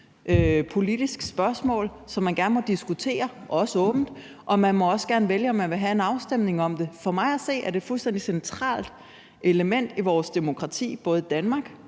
politisk spørgsmål, som man gerne må diskutere, også åbent, og man må også gerne vælge, om man vil have en afstemning om det. For mig at se er det et fuldstændig centralt element i vores demokrati, både i Danmark,